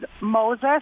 Moses